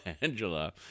Angela